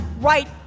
right